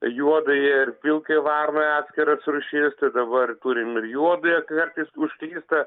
juodąją ir pilkąją varną atskiras rūšis ir dabar turim ir juodąją kartais užklysta